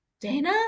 Dana